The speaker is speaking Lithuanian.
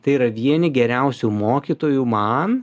tai yra vieni geriausių mokytojų man